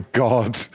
god